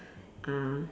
ah